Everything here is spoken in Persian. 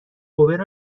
اوبر